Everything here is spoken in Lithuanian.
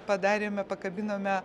padarėme pakabinome